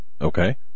Okay